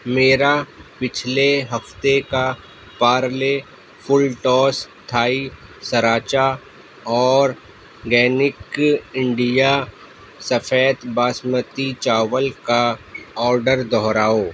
میرا پچھلے ہفتے کا Parle full toss Thai sriracha organic India سفید باسمتی چاول کا آرڈر دوہراؤ